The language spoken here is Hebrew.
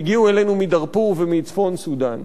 שהגיעו אלינו מדארפור ומצפון-סודן?